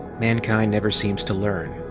mankind never seems to learn.